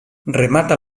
remata